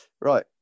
Right